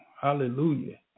Hallelujah